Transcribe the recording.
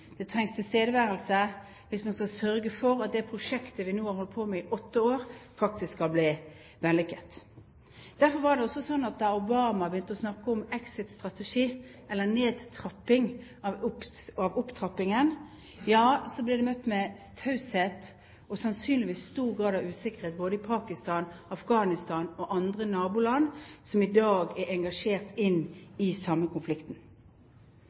det trengs tilstedeværelse, hvis man skal sørge for at det prosjektet vi nå har holdt på med i åtte år, faktisk skal bli vellykket. Derfor var det også slik at da Obama begynte å snakke om exit-stategi, eller nedtrapping av opptrappingen, ble det møtt med taushet og sannsynligvis en stor grad av usikkerhet både i Afghanistan og i Pakistan og andre naboland som i dag er engasjert i den samme konflikten.